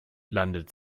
landet